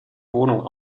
wohnung